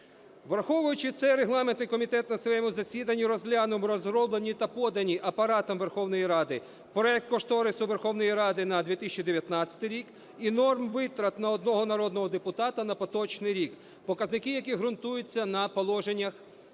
Враховуючи це, регламентний комітет на своєму засіданні розглянув розроблені та подані Апаратом Верховної Ради проект кошторису Верховної Ради на 2019 рік і норм витрат на одного народного депутата на поточний рік, показники яких ґрунтуються на положеннях